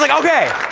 like okay!